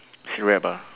she rap ah